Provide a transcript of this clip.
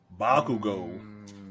Bakugo